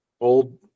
old